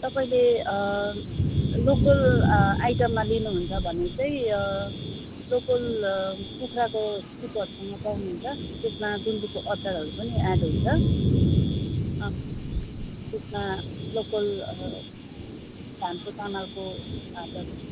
तपाईँले लोकल आइटममा लिनुहुन्छ भने चाहिँ लोकल कुखुराको उत्योहरूसँग पाउनुहुन्छ त्यसमा गुन्द्रुकको अचारहरू पनि एड हुन्छ त्यसमा लोकल धानको चामलको फापर